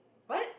what